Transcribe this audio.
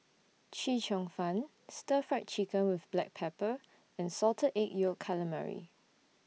Chee Cheong Fun Stir Fried Chicken with Black Pepper and Salted Egg Yolk Calamari